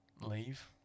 leave